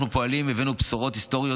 אנחנו פועלים והבאנו בשורות היסטוריות.